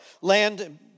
land